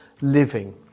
living